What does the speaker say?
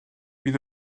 bydd